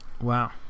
Wow